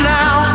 now